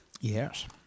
Yes